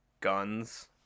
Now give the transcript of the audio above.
guns